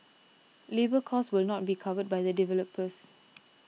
labour cost will not be covered by the developers